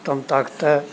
ਉੱਤਮ ਤਖ਼ਤ ਹੈ